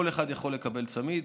כל אחד יכול לקבל צמיד,